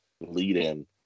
lead-in